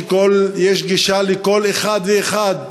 שיש גישה לכל אחד ואחד?